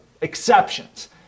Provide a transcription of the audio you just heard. exceptions